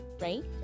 right